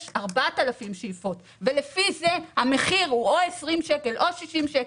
4,000 שאיפות ולפי זה המחיר הוא או 20 שקלים או 60 שקלים,